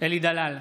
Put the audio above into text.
אלי דלל,